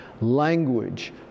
language